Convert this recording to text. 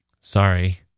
Sorry